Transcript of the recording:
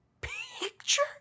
Picture